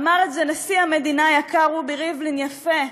אמר את זה נשיא המדינה היקר, רובי ריבלין, יפה: